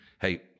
hey